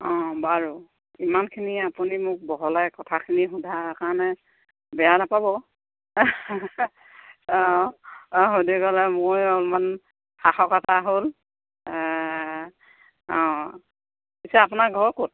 অঁ বাৰু ইমানখিনি আপুনি মোক বহলাই কথাখিনি সোধা কাৰণে বেয়া নাপাব অঁ অঁ সুধিবলৈ মই অলপমান সাহস এটা হ'ল অঁ পিছে আপোনাৰ ঘৰ ক'ত